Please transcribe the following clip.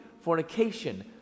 fornication